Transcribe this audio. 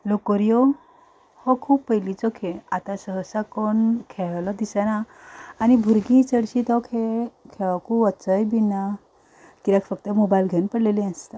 लोकोर्यो हो खूब पयलींचो खेळ आतां सहसा कोण खेळ्ळो दिसना आनी भुरगीं चडशीं तो खेळ खेळोकूं वचय बीन ना किद्याक फक्त मोबायल घेवन पडलेली आसता